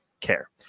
care